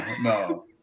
no